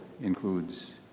includes